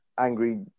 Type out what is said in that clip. Angry